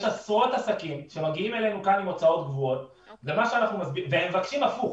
יש עשרות עסקים שמגיעים אלינו כאן עם הוצאות קבועות והם מבקשים הפוך,